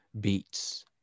beats